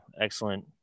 excellent